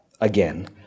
Again